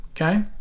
okay